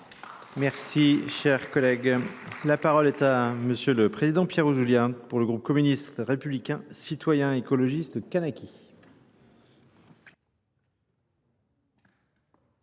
Merci, cher collègue. La parole est à Monsieur le Président Pierre Ouslian pour le groupe communiste républicain citoyen écologiste Kanaki.